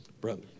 Brother